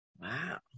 Wow